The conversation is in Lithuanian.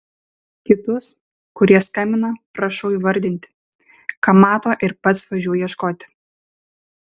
kitus kurie skambina prašau įvardinti ką mato ir pats važiuoju ieškoti